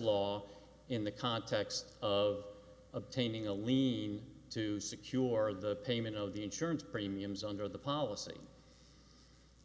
law in the context of obtaining a lien to secure the payment of the insurance premiums under the policy